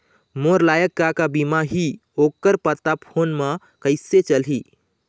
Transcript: मोर लायक का का बीमा ही ओ कर पता फ़ोन म कइसे चलही?